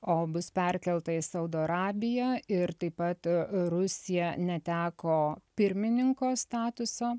o bus perkelta į saudo arabiją ir taip pat rusija neteko pirmininko statuso